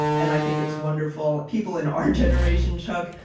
and i think it's wonderful. people in our generation, chuck,